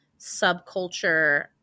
subculture